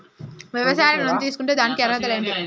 వ్యవసాయ ఋణం తీసుకుంటే దానికి అర్హతలు ఏంటి?